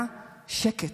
היה שקט.